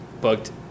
booked